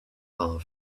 far